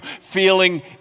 feeling